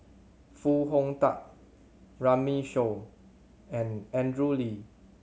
Foo Hong Tatt Runme Shaw and Andrew Lee